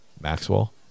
maxwell